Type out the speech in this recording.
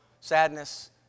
sadness